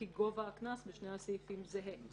כי גובה הקנס בשני הסעיפים זהה.